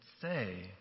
say